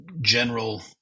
general